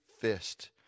fist